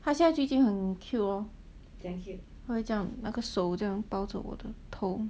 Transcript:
他现在最近很 cute hor 他会这样那个手这样抓住我的头